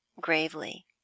gravely